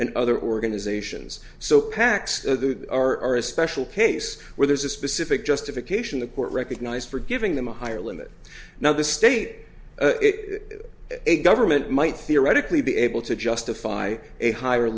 and other organizations so pacs are a special case where there's a specific justification the court recognized for giving them a higher limit now the state government might theoretically be able to justify a higher